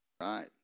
right